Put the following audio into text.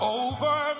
over